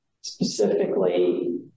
specifically